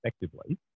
effectively